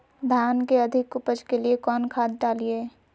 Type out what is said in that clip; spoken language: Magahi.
धान के अधिक उपज के लिए कौन खाद डालिय?